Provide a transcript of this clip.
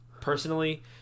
personally